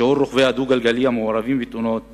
שיעור רוכבי הדו-גלגלי המעורבים בתאונות